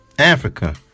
Africa